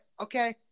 Okay